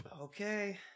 Okay